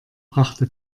brachte